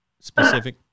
specific